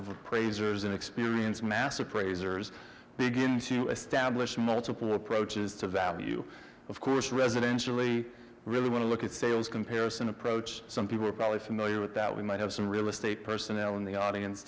appraisers an experienced mass appraisers begin to establish multiple approaches to value of course residentially really want to look at sales comparison approach some people are probably familiar with that we might have some real estate personnel in the audience